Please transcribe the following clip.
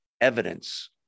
evidence